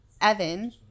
Evan